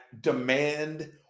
demand